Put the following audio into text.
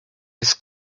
his